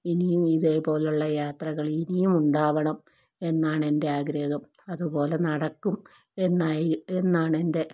ഇനിയും ഇതേപോലുള്ള യാത്രകൾ ഇനിയും ഉണ്ടാവണം എന്നാണെൻ്റെ ആഗ്രഹം അതുപോലെ നടക്കും എന്നായി എന്നാണെൻ്റെ